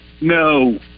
no